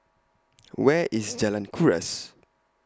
Where IS Jalan Kuras